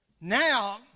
Now